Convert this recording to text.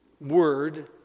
word